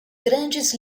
grandes